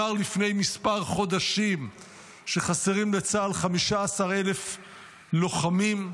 לפני כמה חודשים נאמר שחסרים לצה"ל 15,000 לוחמים,